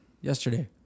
Yesterday